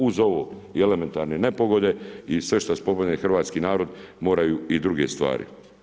Uz ovo i elementarne nepogode i sve šta spopadne hrvatski narod, moraju i druge stvari.